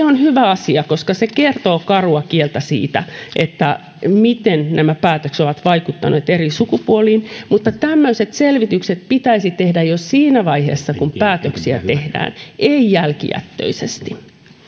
on hyvä asia koska se kertoo karua kieltä siitä miten nämä päätökset ovat vaikuttaneet eri sukupuoliin mutta tämmöiset selvitykset pitäisi tehdä jo siinä vaiheessa kun päätöksiä tehdään ei jälkijättöisesti